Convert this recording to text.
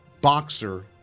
boxer